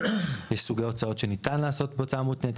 לסוג ההוצאות שניתן לעשות בהוצאה מותנת,